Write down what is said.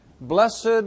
Blessed